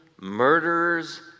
murderers